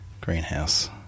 greenhouse